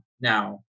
now